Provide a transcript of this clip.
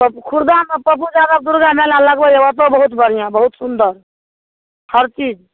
तब खुरदामे पप्पू यादब दुर्गा मेला लगैया ओतहुँ बहुत बढ़िआँ बहुत सुंदर हर चीज